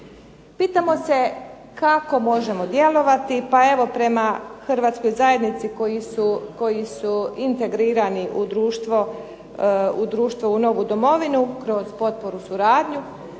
Pitamo se kako možemo djelovati. Pa evo prema hrvatskoj zajednici koji su integrirani u društvo u novu domovinu, kroz potporu, suradnju,